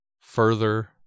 further